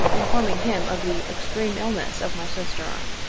informing him of the ex treme illness of my sister.